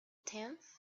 tenth